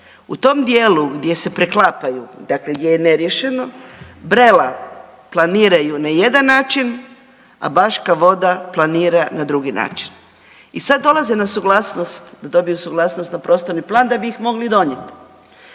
u tom dijelu gdje se preklapaju, dakle gdje je neriješeno Brela planiraju na jedan način, a Baška Voda planira na drugi način. I sad dolaze na suglasnost, da dobiju suglasnost na prostorni plan da bi ih mogli donijet.